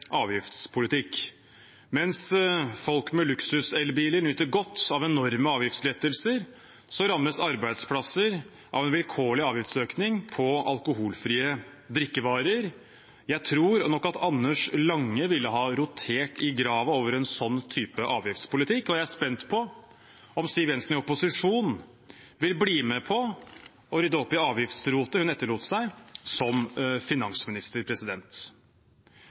avgiftspolitikk. Mens folk med luksuselbiler nyter godt av enorme avgiftslettelser, rammes arbeidsplasser av en vilkårlig avgiftsøkning på alkoholfrie drikkevarer. Jeg tror nok at Anders Lange ville ha rotert i graven over en slik type avgiftspolitikk, og jeg er spent på om Siv Jensen i opposisjon vil bli med på å rydde opp i avgiftsrotet hun etterlot seg som finansminister.